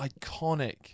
iconic